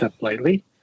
Lightly